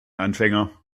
anfänger